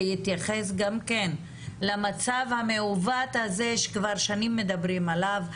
ויתייחס גם כן למצב המעוות הזה שכבר שנים מדברים עליו.